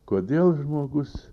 kodėl žmogus